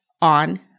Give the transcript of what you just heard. on